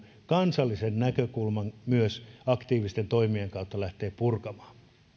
kansallisen näkökulman aktiivisten toimien kautta lähteä purkamaan